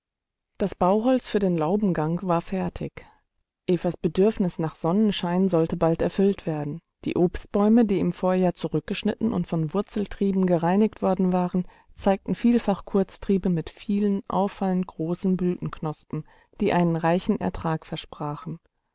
das bauholz für den laubengang war fertig evas bedürfnis nach sonnenschein sollte bald erfüllt werden die obstbäume die im vorjahr zurückgeschnitten und von wurzeltrieben gereinigt worden waren zeigten vielfach kurztriebe mit vielen auffallend großen blütenknospen die einen reichen ertrag versprachen